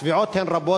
התביעות הן רבות.